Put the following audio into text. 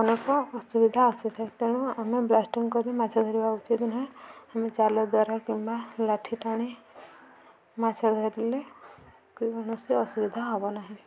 ଅନେକ ଅସୁବିଧା ଆସିଥାଏ ତେଣୁ ଆମେ ବ୍ଲାଷ୍ଟିଙ୍ଗ କରି ମାଛ ଧରିବା ଉଚିତ ନୁହେଁ ଆମେ ଜାଲ ଦ୍ୱାରା କିମ୍ବା ଲାଠି ଟାଣି ମାଛ ଧରିଲେ କୌଣସି ଅସୁବିଧା ହବ ନାହିଁ